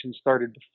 started